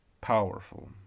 powerful